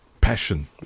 passion